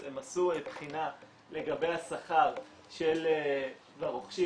אז הם עשו בחינה לגבי השכר של הרוכשים,